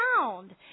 found